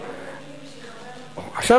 עכשיו,